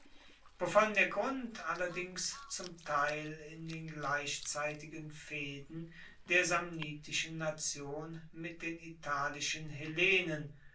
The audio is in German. der grund allerdings zum teil in den gleichzeitigen fehden der samnitischen nation mit den italischen hellenen